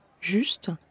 juste